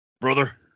Brother